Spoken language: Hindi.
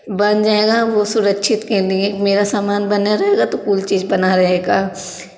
बन जाएगा वो सुरक्षित के लिये मेरा सामान बना रहेगा तो पुल चीज़ बना रहेगा